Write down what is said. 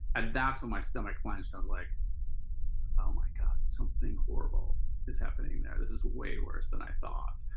and that's what my stomach clenched. i was like oh my god, something horrible is happening there. this is way worse than i thought.